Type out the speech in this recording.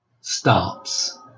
stops